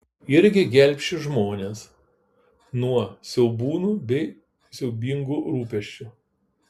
irgi gelbsčiu žmones nuo siaubūnų bei siaubingų rūpesčių